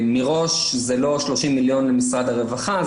מראש, זה לא 30 מיליון ממשרד הרווחה.